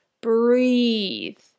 breathe